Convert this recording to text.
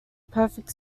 perfect